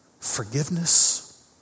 forgiveness